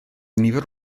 nifer